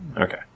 Okay